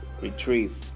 retrieve